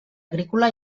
agrícola